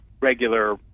regular